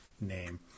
name